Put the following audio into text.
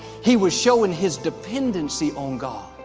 he was showing his dependency on god.